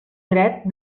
dret